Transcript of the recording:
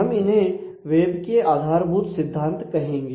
हम इन्हें वेब के आधारभूत सिद्धांत कहेंगे